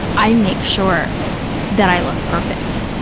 i make sure that i look perfect,